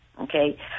okay